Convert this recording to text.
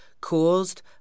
caused